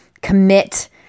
commit